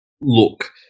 look